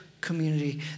community